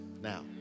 now